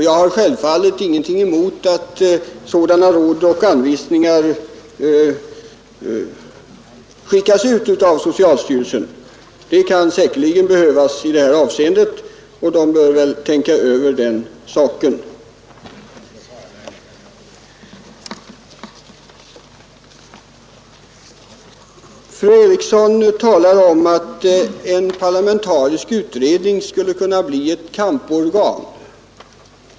Jag har självfallet ingenting emot att sådana råd och anvisningar skickas ut av socialstyrelsen. Det kan säkerligen behövas, och man bör väl tänka över den saken inom socialstyrelsen. Fru Eriksson i Stockholm talar om att en parlamentarisk utredning skulle kunna bli ett kamporgan.